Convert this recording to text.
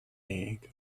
egg